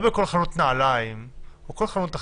לא בכל חנות נעליים או כל חנות אחרת,